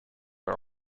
are